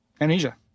Amnesia